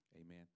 amen